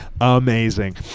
amazing